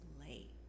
late